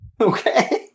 Okay